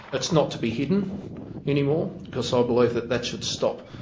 it's not to be hidden anymore because ah i believe that that should stop.